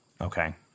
Okay